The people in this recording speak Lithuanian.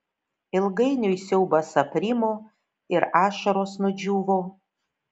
ilgainiui siaubas aprimo ir ašaros nudžiūvo